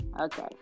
Okay